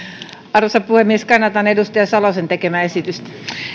arvoisa puhemies kannatan edustaja salosen tekemää esitystä